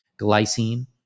Glycine